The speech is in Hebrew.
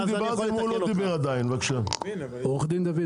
אני לא אחזור על דברים